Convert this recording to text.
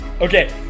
Okay